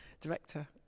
director